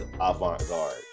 avant-garde